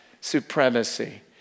supremacy